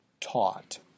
taught